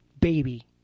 baby